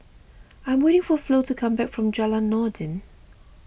I am waiting for Flo to come back from Jalan Noordin